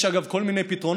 יש, אגב, כל מיני פתרונות.